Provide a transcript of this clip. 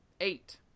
Eight